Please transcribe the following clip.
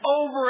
over